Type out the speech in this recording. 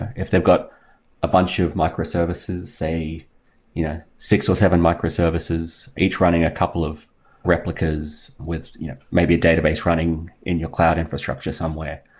if they've got a bunch of microservices, say you know six or seven microservices, each running a couple of replicas with maybe a database running in your cloud infrastructure somewhere,